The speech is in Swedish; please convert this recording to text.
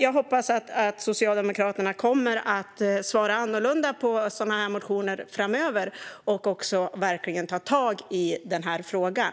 Jag hoppas att Socialdemokraterna kommer att svara annorlunda på sådana motioner framöver och verkligen ta tag i frågan.